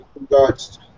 regards